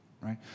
right